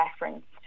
referenced